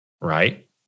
right